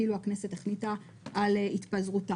כאילו הכנסת החליטה על התפזרותה.